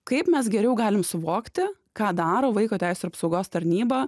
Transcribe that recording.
kaip mes geriau galim suvokti ką daro vaiko teisių ir apsaugos tarnyba